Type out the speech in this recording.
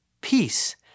peace